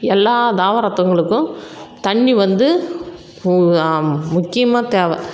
எல்லா தாவரத்துங்களுக்கும் தண்ணி வந்து முக்கியமாக தேவை